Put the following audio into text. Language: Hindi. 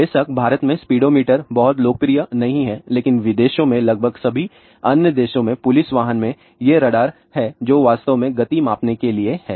बेशक भारत में स्पीडोमीटर बहुत लोकप्रिय नहीं हैं लेकिन विदेशों में लगभग सभी अन्य देशों में पुलिस वाहन में ये रडार हैं जो वास्तव में गति को मापने के लिए हैं